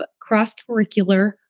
cross-curricular